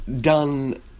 done